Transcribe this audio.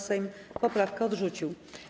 Sejm poprawkę odrzucił.